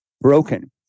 broken